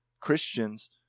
christians